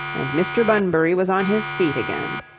and mr. bunbury was on his feet again.